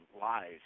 lies